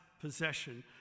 possession